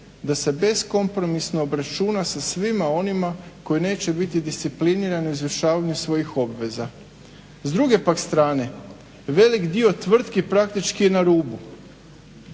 da se beskompromisno obračuna sa svima onima koji neće biti disciplinirani u izvršavanju svojih obveza. S druge pak strane velik dio tvrtki praktički je na rubu.